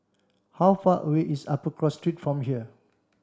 how far away is Upper Cross Street from here